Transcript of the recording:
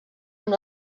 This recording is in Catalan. amb